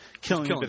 killing